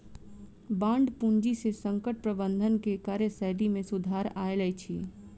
bond पूंजी से संकट प्रबंधन के कार्यशैली में सुधार आयल अछि